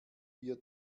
wir